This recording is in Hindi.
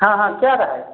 हाँ हाँ क्या रहिए